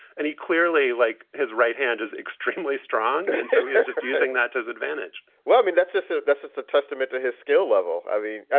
and he clearly, like his right hand is extremely strong. and so yeah just using that to his advantage well, i mean, that's just so that's it's a testament to his skill level. i mean,